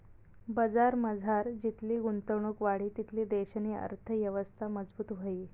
बजारमझार जितली गुंतवणुक वाढी तितली देशनी अर्थयवस्था मजबूत व्हयी